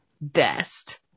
best